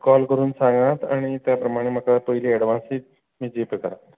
call करून सांगात आनी त्या प्रमाणे म्हाका पयली एडवान्सूय तुमी जी पे करात